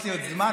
יש לי עוד זמן.